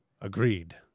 Agreed